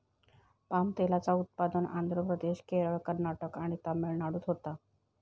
palm तेलाचा उत्पादन आंध्र प्रदेश, केरळ, कर्नाटक आणि तमिळनाडूत होता